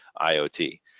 iot